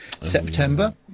September